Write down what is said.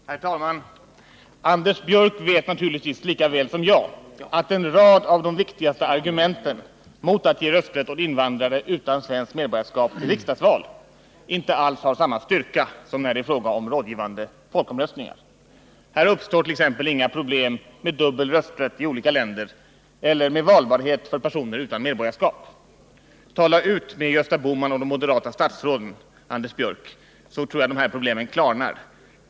Herr talman! Anders Björck vet naturligtvis lika väl som jag att en rad av de viktigaste argumenten mot att ge rösträtt i riksdagsval åt invandrare utan svenskt medborgarskap inte alls har samma styrka när det är fråga om rådgivande folkomröstningar. Här uppstår t.ex. inga problem med dubbel rösträtt i olika länder eller med valbarhet för personer utan medborgarskap. Tala ut med Gösta Bohman och de övriga moderata statsråden, Anders Björck! Då tror jag att de här problemen klarnar.